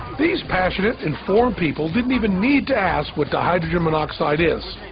these passionate informed people didn't even need to ask what dihydrogen monoxide is.